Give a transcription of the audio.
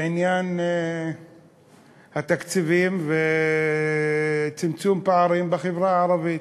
בעניין התקציבים וצמצום פערים בחברה הערבית,